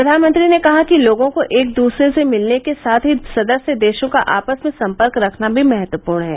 प्रधानमंत्री ने कहा कि लोगों को एक दूसरे से मिलने के साथ ही सदस्य देशों का आपस में संपर्क रखना भी महत्वपूर्ण है